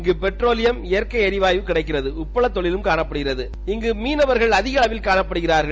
இங்கு பெட்ரோலியம் இயற்கை எரிவாயு கிடைக்கிறது உட்பளத் தொழிலும் காணப்படுகிறது இங்கு மீனவர்கள் அதிக அளவில் காணப்படுகிறார்கள்